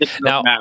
Now